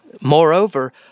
Moreover